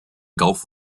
gulf